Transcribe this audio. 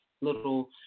little